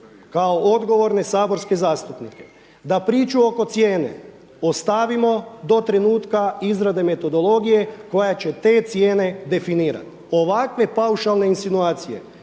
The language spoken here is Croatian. kao odgovorne saborske zastupnike, da priču oko cijene ostavimo do trenutka izrade metodologije koja će te cijene definirati. Ovakve paušalne insinuacije